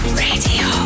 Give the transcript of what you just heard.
radio